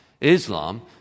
Islam